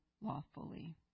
lawfully